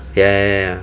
ya ya ya